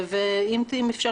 פה אישור